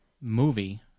movie